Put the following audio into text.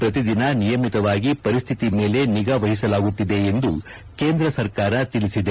ಪ್ರತಿದಿನ ನಿಯಮಿತವಾಗಿ ಪರಿಸ್ಥಿತಿ ಮೇಲೆ ನಿಗಾ ವಹಿಸಲಾಗುತ್ತಿದೆ ಎಂದು ಕೇಂದ್ರ ಸರ್ಕಾರ ತಿಳಿಸಿದೆ